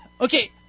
Okay